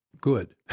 good